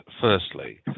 firstly